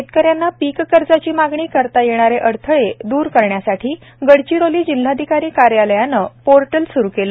शेतकऱ्यांना पीक कर्जाची मागणी करताना येणारे अडथळे दूर करण्यासाठी गडचिरोली जिल्हाधिकारी कार्यालयाने पोर्टल सुरु केले